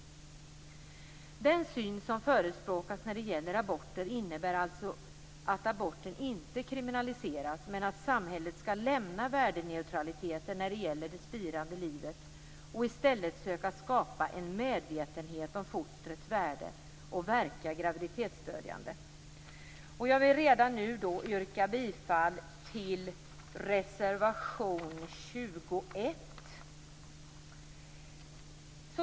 Den syn som förespråkas för aborter innebär alltså att aborten inte kriminaliseras men att samhället skall lämna värdeneutraliteten när det gäller det spirande livet och i stället söka skapa en medvetenhet om fostrets värde och verka graviditetsstödjande. Jag vill redan nu yrka bifall till reservation 21.